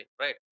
right